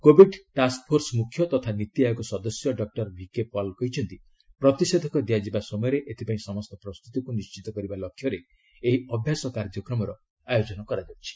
Covid task force ମୁଖ୍ୟ ତଥା ନୀତିଆୟୋଗ ସଦସ୍ୟ ଡକୁର ଭିକେ ପଲ କହିଛନ୍ତି ପ୍ରତିଷେଧକ ଦିଆଯିବା ସମୟରେ ଏଥିପାଇଁ ସମସ୍ତ ପ୍ରସ୍ତୁତିକୁ ନିଶ୍ଚିତ କରିବା ଲକ୍ଷ୍ୟରେ ଏହି ଅଭ୍ୟାସ କାର୍ଯ୍ୟକ୍ରମର ଆୟୋଜନ କରାଯାଉଛି